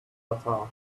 tatar